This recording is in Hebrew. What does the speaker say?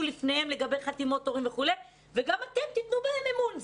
בפניכם לגבי חתימות הורים וכו' וגם אתם תתנו בהם אמון.